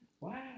Wow